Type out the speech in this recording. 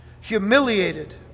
humiliated